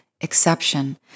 exception